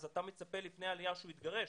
אתה מצפה לפני העלייה שהוא יתגרש?